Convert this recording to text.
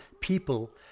people